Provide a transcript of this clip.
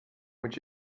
moet